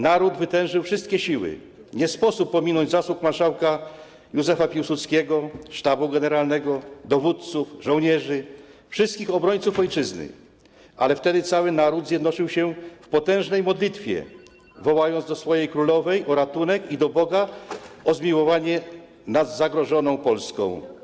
Naród wytężył wszystkie siły, nie sposób pominąć zasług marszałka Józefa Piłsudskiego, sztabu generalnego, dowódców, żołnierzy, wszystkich obrońców ojczyzny, ale wtedy cały naród zjednoczył się w potężnej modlitwie, wołając do swojej królowej o ratunek i do Boga o zmiłowanie nad zagrożoną Polską.